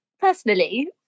personally